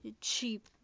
cheap